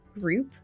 group